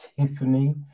Tiffany